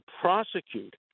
prosecute